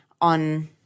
on